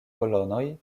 kolonoj